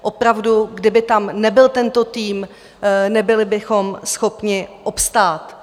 Opravdu, kdyby tam nebyl tento tým, nebyli bychom schopni obstát.